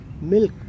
milk